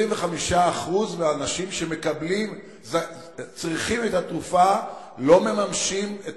25% מהאנשים שצריכים את התרופה לא מממשים את